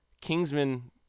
Kingsman